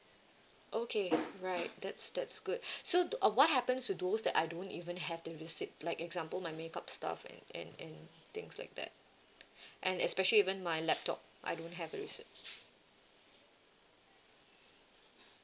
okay right that's that's good so th~ uh what happens to those that I don't even have the receipt like example my makeup stuff and and and things like that and especially even my laptop I don't have the receipt